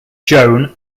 joan